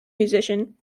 musician